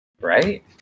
right